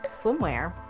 swimwear